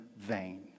vain